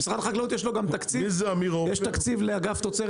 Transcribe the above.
למשרד החקלאות יש גם תקציב לאגף תוצרת